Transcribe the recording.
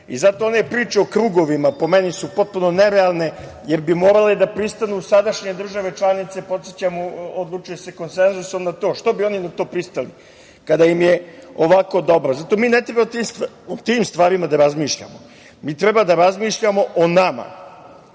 i zato one priče o krugovima po meni su potpuno nerealne jer bi morale da pristanu sadašnje države članice, podsećam odlučuje se konsenzusom na to, što bi one na to pristale kada im je ovako dobro. Zato mi ne treba o tim stvarima da razmišljamo. Treba da razmišljamo o nama.